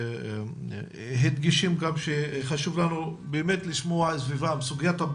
והוא סביב הסוגיה של